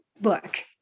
book